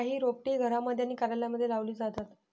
काही रोपटे ही घरांमध्ये आणि कार्यालयांमध्ये लावली जातात